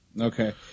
Okay